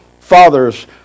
Fathers